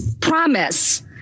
promise